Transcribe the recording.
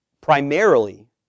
primarily